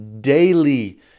daily